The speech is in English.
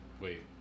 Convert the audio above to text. Wait